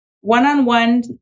One-on-one